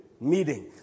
meeting